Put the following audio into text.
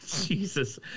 Jesus